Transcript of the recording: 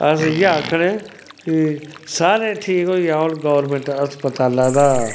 अस इ'यै आखनें कि सारे ठीक होइयै औन गौरमैंट अस्पताला दा